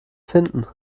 finden